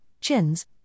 CHINs